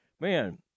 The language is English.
man